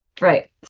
Right